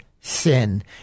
sin